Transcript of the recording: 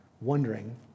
wondering